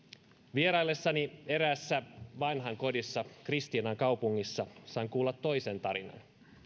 vieraillessani eräässä vanhainkodissa kristiinankaupungissa sain kuulla toisen tarinan